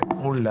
הישיבה ננעלה